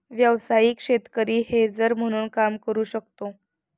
व्यावसायिक शेतकरी हेजर म्हणून काम करू शकतो